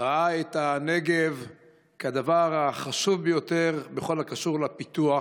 את הנגב כדבר החשוב ביותר בכל הקשור לפיתוח,